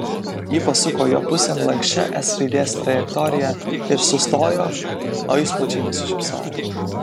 ji pasuko jo pusėn lanksčia s raidės trajektorija ir sustojo o jis plačiai nusišypsojo